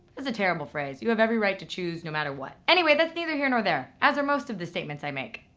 a terrible phrase. you have every right to choose no matter what. anyway, that's neither here nor there, as are most of the statements i make.